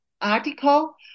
article